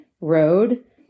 road